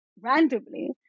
randomly